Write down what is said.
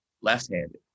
left-handed